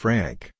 Frank